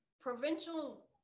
provincial